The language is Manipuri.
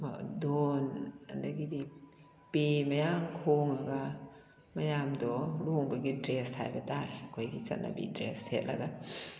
ꯙꯣꯟ ꯑꯗꯒꯤꯗꯤ ꯄꯦ ꯃꯌꯥꯝ ꯑꯃ ꯈꯣꯡꯂꯒ ꯃꯌꯥꯝꯗꯣ ꯂꯨꯍꯣꯡꯕꯒꯤ ꯗ꯭ꯔꯦꯁ ꯍꯥꯏꯕꯇꯥꯔꯦ ꯑꯩꯈꯣꯏꯒꯤ ꯆꯠꯅꯕꯤ ꯗ꯭ꯔꯦꯁ ꯁꯦꯠꯂꯒ